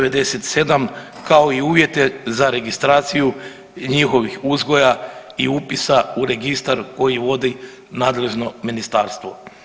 97, kao i uvjete za registraciju njihovih uzgoja i upisa u registar koji vodi nadležno ministarstvo.